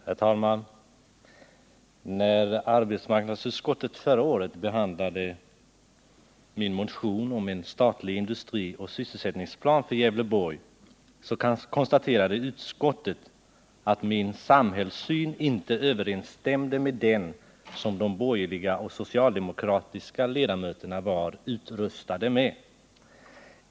Herr talman! När arbetsmarknadsutskottet förra året behandlade min motion om en statlig industrioch sysselsättningsplan för Gävleborgs län så konstaterade utskottet att min samhällssyn inte överensstämde med den som de borgerliga och socialdemokratiska ledamöterna var utrustade med.